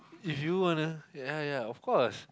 if you wana ya ya of course